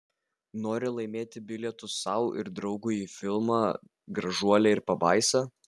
nori laimėti bilietus sau ir draugui į filmą gražuolė ir pabaisa